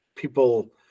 people